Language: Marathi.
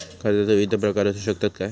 कर्जाचो विविध प्रकार असु शकतत काय?